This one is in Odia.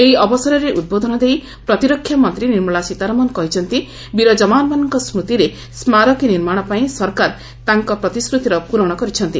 ଏହି ଅବସରରେ ଉଦ୍ବୋଧନ ଦେଇ ପ୍ରତିରକ୍ଷା ମନ୍ତ୍ରୀ ନିର୍ମଳା ସୀତାରମଣ କହିଛନ୍ତି ବୀର ଯବାନମାନଙ୍କ ସ୍କୁତିରେ ସ୍କାରକୀ ନିର୍ମାଣ ପାଇଁ ସରକାର ତାଙ୍କ ପ୍ରତିଶ୍ରତିର ପୂରଣ କରିଛନ୍ତି